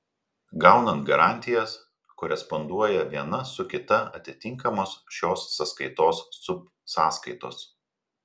gaunant garantijas koresponduoja viena su kita atitinkamos šios sąskaitos subsąskaitos